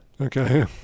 Okay